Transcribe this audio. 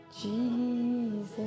Jesus